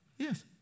Yes